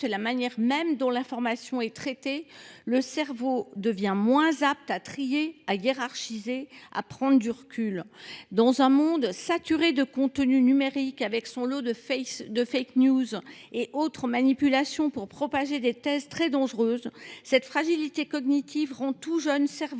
la manière même dont l’information est traitée. Le cerveau devient moins apte à trier, à hiérarchiser, à prendre du recul. Dans un monde saturé de contenus numériques, avec leur lot de fausses informations et autres manipulations destinées à propager des thèses très dangereuses, cette fragilité cognitive rend le jeune cerveau